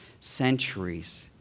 centuries